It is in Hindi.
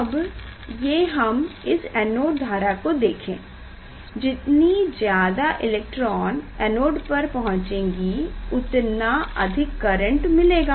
अब ये हम इस एनोड धारा को देखें जितनी ज्यादा इलेक्ट्रॉन एनोड पर पहुचेगी उतना अधिक करेंट मिलेगा